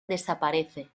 desaparece